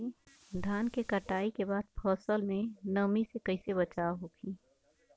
धान के कटाई के बाद फसल के नमी से कइसे बचाव होखि?